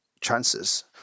chances